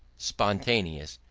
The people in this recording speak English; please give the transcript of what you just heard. spontaneous,